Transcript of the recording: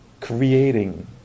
creating